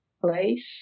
place